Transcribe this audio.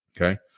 Okay